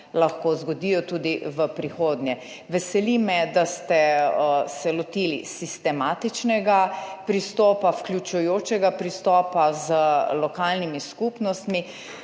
lahko zgodijo tudi v prihodnje. Veseli me, da ste se lotili sistematičnega pristopa, vključujočega pristopa z lokalnimi skupnostmi,